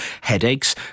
headaches